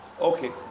Okay